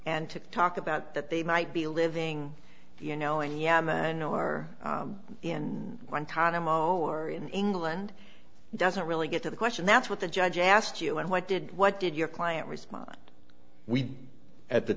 and to talk about that they might be living you know in yemen or in one condo moer in england doesn't really get to the question that's what the judge asked you and what did what did your client respond we at the